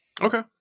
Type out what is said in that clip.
Okay